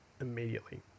immediately